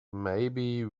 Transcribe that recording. maybe